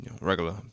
Regular